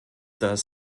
das